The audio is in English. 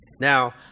Now